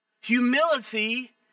Humility